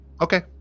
okay